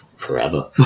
Forever